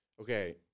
Okay